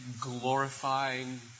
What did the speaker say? glorifying